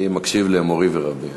אני מקשיב למורי ורבי.